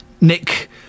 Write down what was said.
Nick